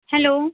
hello